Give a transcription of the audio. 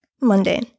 Monday